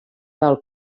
del